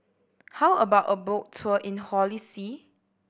how about a boat tour in Holy See